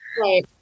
Right